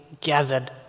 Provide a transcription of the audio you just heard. gathered